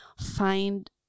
find